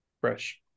fresh